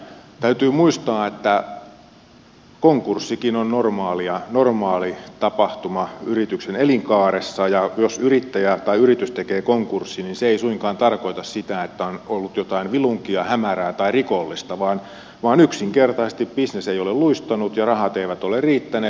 täytyy muistaa että konkurssikin on normaali tapahtuma yrityksen elinkaaressa ja jos yritys tekee konkurssin niin se ei suinkaan tarkoita sitä että on ollut jotain vilunkia hämärää tai rikollista vaan yksinkertaisesti bisnes ei ole luistanut ja rahat eivät ole riittäneet